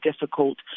difficult